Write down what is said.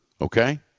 Okay